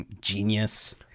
Genius